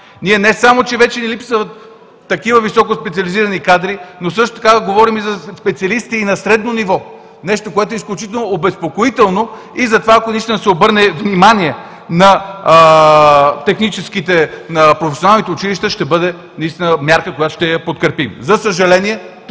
Не само че вече ни липсват такива високо специализирани кадри, но също така говорим за специалисти и на средно ниво – нещо, което е изключително обезпокоително. Затова, ако наистина се обърне внимание на техническите, на професионалните училища, ще бъде мярка, която ще я подкрепим. За съжаление,